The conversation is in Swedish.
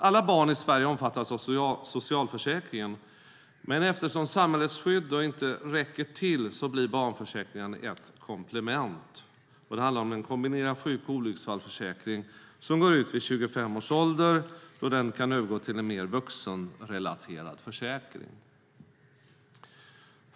Alla barn i Sverige omfattas av socialförsäkringen, men eftersom samhällets skydd inte räcker till så blir barnförsäkringarna ett komplement. Det handlar om en kombinerad sjuk och olycksfallsförsäkring som går ut vid 25 års ålder, då den kan övergå till en mer vuxenrelaterad försäkring.